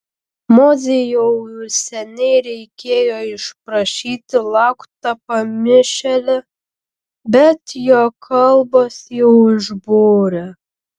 mozei jau seniai reikėjo išprašyti lauk tą pamišėlį bet jo kalbos jį užbūrė